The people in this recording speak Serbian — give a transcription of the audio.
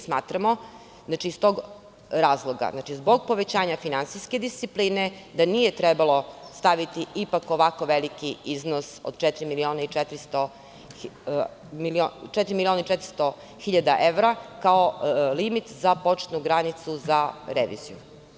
Smatramo iz tog razloga, zbog povećanja finansijske discipline, da nije trebalo staviti ovako veliki iznos od četiri miliona i 400 hiljada evra kao limit za početnu granicu za reviziju.